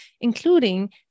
including